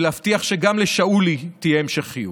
ולהבטיח שגם לשאולי תהיה המשכיות.